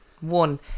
One